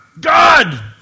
God